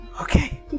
Okay